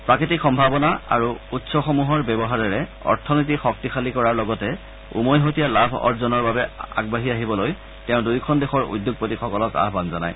প্ৰাকৃতিক সম্ভাৱনা আৰু উৎসসমূহৰ ব্যৱহাৰেৰে অথনীতি শক্তিশালী কৰাৰ লগতে উমৈহতীয়া লাভ অৰ্জনৰ বাবে আগবাঢ়ি আহিবলৈ তেওঁ দুয়োখন দেশৰ উদ্যোগপতিসকলক আহান জনায়